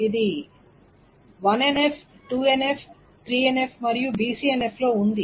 ఇది 1NF 2NF 3NF మరియు BCNF లో ఉంది